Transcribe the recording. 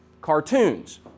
cartoons